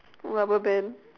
rubber band